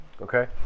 Okay